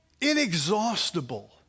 inexhaustible